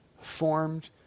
formed